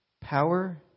Power